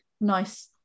nice